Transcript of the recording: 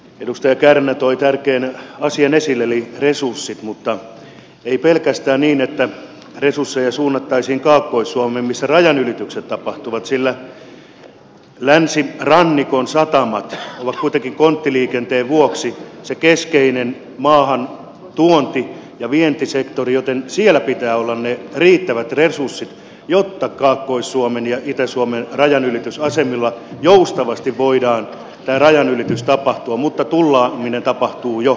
edustaja kärnä toi esille tärkeän asian eli resurssit mutta ei pelkästään niin että resursseja suunnattaisiin kaakkois suomeen missä rajan ylitykset tapahtuvat sillä länsirannikon satamat ovat kuitenkin konttiliikenteen vuoksi se keskeinen maahantuonti ja vientisektori joten siellä pitää olla ne riittävät resurssit jotta kaakkois suomen ja itä suomen rajanylitysasemilla joustavasti voi tämä rajanylitys tapahtua mutta tullaaminen tapahtuu jo